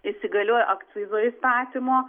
įsigalioja akcizo įstatymo